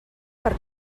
per